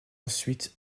ensuite